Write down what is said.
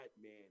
man